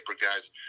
guys